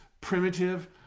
primitive